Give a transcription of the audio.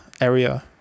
area